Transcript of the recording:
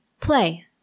Play